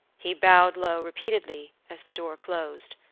he bowed low repeatedly as the door closed,